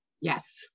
Yes